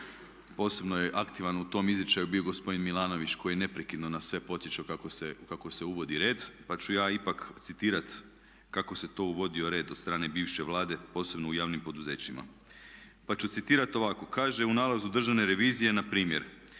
Posebno je aktivan u tom izričaju bio gospodin Milanović koji je neprekidno nas sve podsjećao kako se uvodi red pa ću ja ipak citirati kako se to uvodio red od strane bivše Vlade posebno u javnim poduzećima. Pa ću citirati ovako, kaže u nalazu Državne revizije npr.